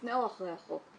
לפני או אחרי החוק?